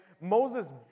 Moses